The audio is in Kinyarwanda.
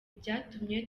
byatumye